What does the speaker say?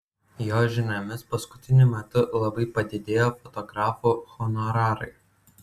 jo žiniomis paskutiniu metu labai padidėjo fotografų honorarai